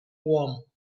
warm